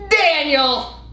Daniel